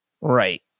Right